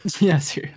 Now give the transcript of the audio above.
Yes